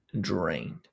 drained